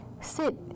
sit